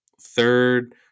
third